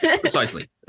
Precisely